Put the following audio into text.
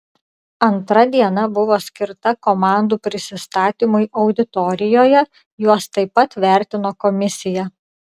antra diena buvo skirta komandų prisistatymui auditorijoje juos taip pat vertino komisija